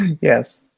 Yes